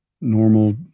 normal